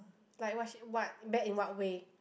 like what she what bad in what way